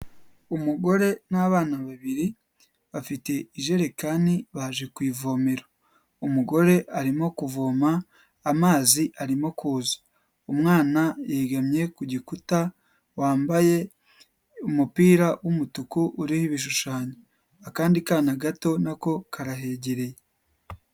Umugore n'abana babiri bafite ijerekani baje ku ivomero. Umugore arimo kuvoma, amazi arimo kuza. Umwana yegamye ku gikuta wambaye umupira w'umutuku uriho ibishushanyo. Akandi kana gato nako karahegereye